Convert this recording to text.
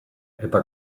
eta